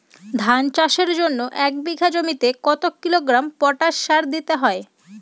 ধান চাষের জন্য এক বিঘা জমিতে কতো কিলোগ্রাম পটাশ সার দিতে হয়?